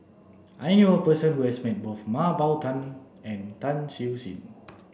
I knew a person who has met both Mah Bow Tan and Tan Siew Sin